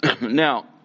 Now